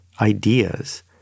ideas